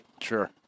sure